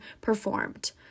performed